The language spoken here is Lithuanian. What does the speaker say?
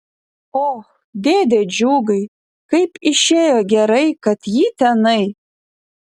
och dėde džiugai kaip išėjo gerai kad ji tenai